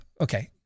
okay